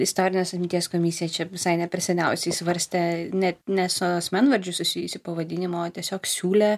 istorinės atminties komisija čia visai ne per seniausiai svarstė net ne su asmenvardžiu susijusį pavadinimą o tiesiog siūlė